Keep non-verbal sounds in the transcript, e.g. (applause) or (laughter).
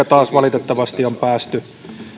(unintelligible) taas valitettavasti päästy